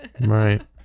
Right